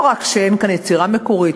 לא רק שאין כאן יצירה מקורית,